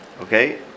okay